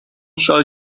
شال